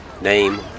name